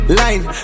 line